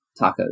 Tacos